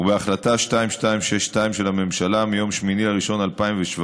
ובהחלטה 2262 של הממשלה מיום 8 בינואר 2017,